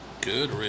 Good